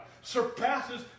surpasses